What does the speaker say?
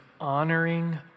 honoring